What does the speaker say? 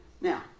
Now